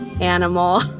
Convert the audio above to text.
animal